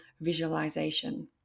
visualization